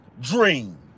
dream